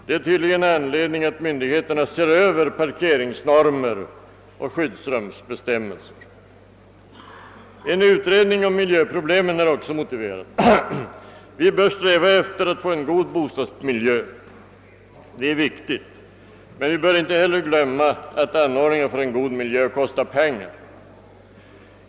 Det finns tydligen anledning för myndigheterna att se över parkeringsnormer och skyddsrumsbestämmelser. En utredning av miljöproblemen är också motiverad. Vi bör sträva efter att få en god bostadsmiljö — det är viktigt — men vi bör inte heller glömma att anordningar för en god miljö kostar pengar.